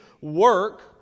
work